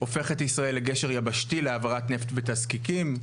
הופכת ישראל לגשר יבשתי להעברת נפט ותזקיקים,